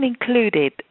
included